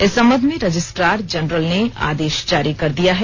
इस संबंध में रजिस्ट्रार जनरल ने आदेश जारी कर दिया है